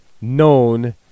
known